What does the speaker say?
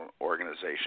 organization